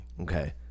Okay